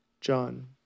John